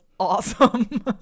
Awesome